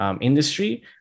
industry